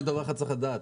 רק דבר אחד צריך לדעת,